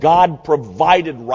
God-provided